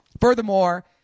Furthermore